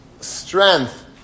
strength